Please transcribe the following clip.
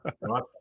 right